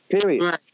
period